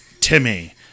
Timmy